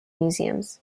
museums